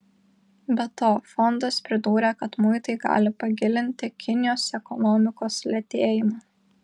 be to fondas pridūrė kad muitai gali pagilinti kinijos ekonomikos lėtėjimą